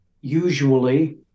usually